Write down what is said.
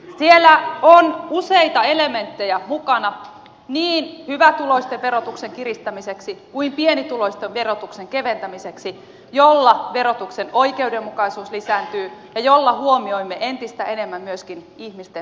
siellä on useita elementtejä mukana niin hyvätuloisten verotuksen kiristämiseksi kuin pienituloisten verotuksen keventämiseksi joilla verotuksen oikeudenmukaisuus lisääntyy ja joilla huomioimme entistä enemmän myöskin ihmisten veronmaksukykyä